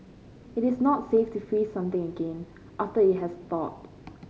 it is not safe to freeze something again after it has thawed